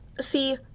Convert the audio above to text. see